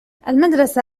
المدرسة